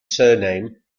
surname